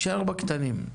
תישאר בקטנים,